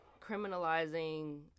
criminalizing